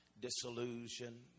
disillusion